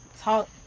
talk